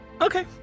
Okay